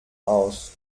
aus